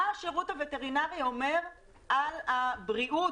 מה השירות הווטרינרי אומר על הבריאות,